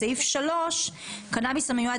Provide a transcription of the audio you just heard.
אפשר לומר בסעיף (3): "קנאביס המועד